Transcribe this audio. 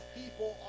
people